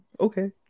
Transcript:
Okay